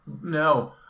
No